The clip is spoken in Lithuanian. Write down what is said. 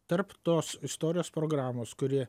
tarp tos istorijos programos kuri